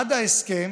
עד ההסכם